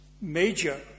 major